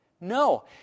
No